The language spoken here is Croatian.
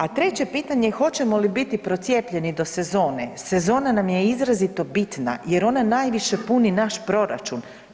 A treće pitanje je hoćemo li biti procijepljeni do sezone, sezona nam je izrazito bitna jer ona najviše puni naš proračun.